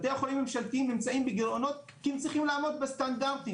בתי החולים הממשלתיים נמצאים בגירעונות כי הם צריכים לעמוד בסטנדרטים,